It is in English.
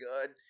good